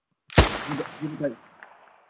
जी sir जी sir